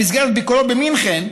במסגרת ביקורו במינכן,